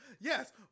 yes